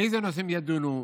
באיזה נושאים ידונו,